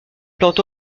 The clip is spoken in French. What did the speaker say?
plante